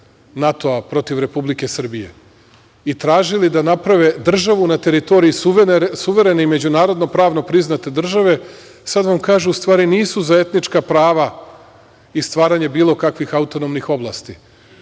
protiv Republike Srbije i tražili da naprave državu na teritoriji suverene i međunarodno pravno priznate države. Sada vam kažu da u stvari nisu za etnička prava i stvaranje bilo kakvih autonomnim oblasti